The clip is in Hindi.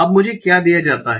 अब मुझे क्या दिया जाता है